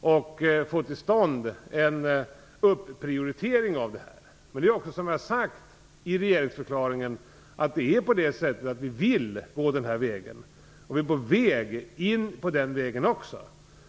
och få till stånd en upprioritering av denna fråga. Det är ju också, som jag har sagt i regeringsförklaringen, på det sättet att vi vill gå denna väg. Vi är nu på väg in på den vägen.